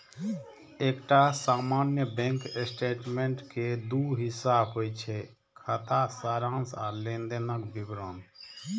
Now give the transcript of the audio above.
एकटा सामान्य bank statement के दू हिस्सा होइ छै, खाता सारांश आ लेनदेनक विवरण